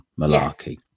malarkey